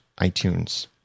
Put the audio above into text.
iTunes